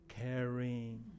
caring